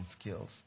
skills